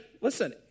Listen